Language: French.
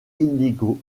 illégaux